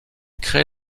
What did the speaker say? crée